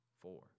Four